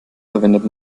verwendet